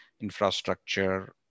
infrastructure